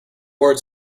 boards